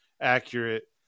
accurate